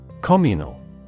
Communal